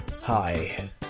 hi